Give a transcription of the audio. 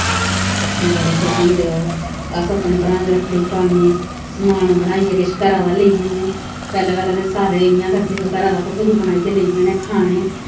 बड़े खुश होंदे ओह् अस अपने भ्राएं गी रक्खड़ी पान्नें समान बनाइयै किश घरा दा लेई जन्नें पैह्लें पैह्लें ते सारे इ'यां करदे हे घरा दा भठोरू बनाइयै लेई जाने खाने